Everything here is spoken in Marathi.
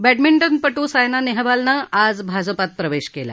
बह्यमिंटनपटू सायना नेहवालनं आज भाजपात प्रवेश केला